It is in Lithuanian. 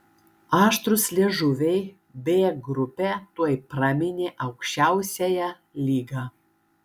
aštrūs liežuviai b grupę tuoj praminė aukščiausiąja lyga